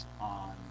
on